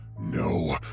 No